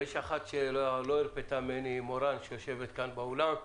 ויש אחת שלא הרפתה ממני שיושבת כאן באולם,